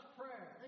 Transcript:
prayer